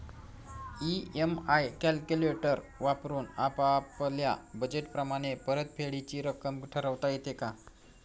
EMI calculator वापरून आपापल्या budget प्रमाणे परतफेडीची रक्कम ठरवता येते का?